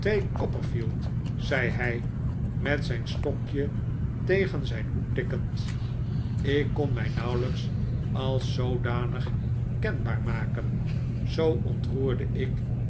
copperfield zei hij met zijn stokje tegen zijn hoed tikkend ik kon mij nauwelijks als zoodanig kenbaar maken zoo ontroerde ik